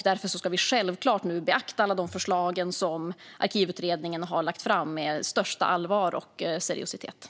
Därför ska vi nu självklart med största allvar och seriositet beakta alla de förslag som Arkivutredningen har lagt fram.